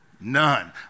None